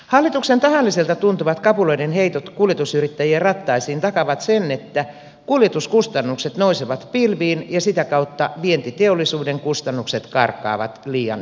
hallituksen tahallisilta tuntuvat kapuloiden heitot kuljetusyrittäjien rattaisiin takaavat sen että kuljetuskustannukset nousevat pilviin ja sitä kautta vientiteollisuuden kustannukset karkaavat liian ylös